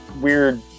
weird